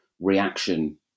reaction